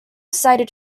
cited